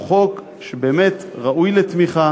הוא חוק שבאמת ראוי לתמיכה